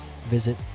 visit